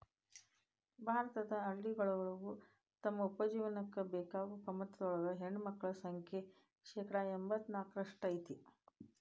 ಭಾರತದ ಹಳ್ಳಿಗಳೊಳಗ ತಮ್ಮ ಉಪಜೇವನಕ್ಕ ಬೇಕಾಗೋ ಕಮತದೊಳಗ ಹೆಣ್ಣಮಕ್ಕಳ ಸಂಖ್ಯೆ ಶೇಕಡಾ ಎಂಬತ್ ನಾಲ್ಕರಷ್ಟ್ ಐತಿ